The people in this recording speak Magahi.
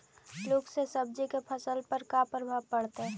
लुक से सब्जी के फसल पर का परभाव पड़तै?